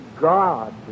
God